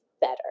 better